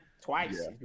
twice